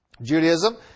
Judaism